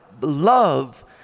love